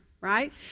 right